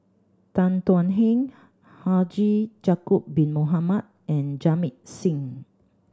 Tan Thuan Heng Haji Ya'acob Bin Mohamed and Jamit Singh